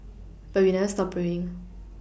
but we never stop praying